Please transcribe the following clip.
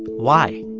why?